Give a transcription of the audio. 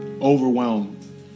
overwhelmed